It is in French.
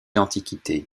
l’antiquité